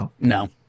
No